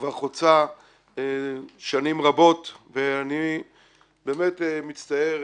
כבר חוצה שנים רבות ואני באמת מצטער,